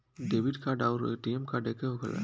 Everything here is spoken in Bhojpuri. डेबिट कार्ड आउर ए.टी.एम कार्ड एके होखेला?